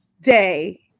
day